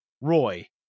Roy